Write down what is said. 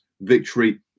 victory